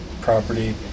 property